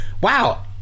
wow